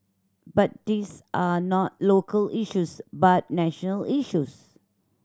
but these are not local issues but national issues